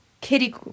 Kitty